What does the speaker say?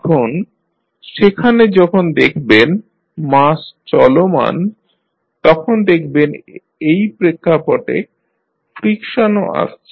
এখন সেখানে যখন দেখবেন মাস চলমান তখন দেখবেন এই প্রেক্ষাপটে ফ্রিকশন ও আসছে